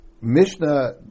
Mishnah